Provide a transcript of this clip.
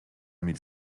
mille